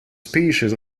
species